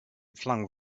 flung